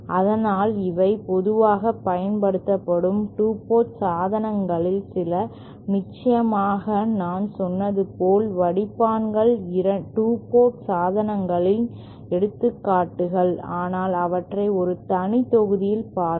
அதனால் இவை பொதுவாகப் பயன்படுத்தப்படும் 2 போர்ட் சாதனங்களில் சில நிச்சயமாக நான் சொன்னது போல் வடிப்பான்கள் 2 போர்ட் சாதனங்களின் எடுத்துக்காட்டுகள் ஆனால் அவற்றை ஒரு தனி தொகுதியில் பார்ப்போம்